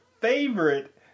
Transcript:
favorite